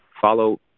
follow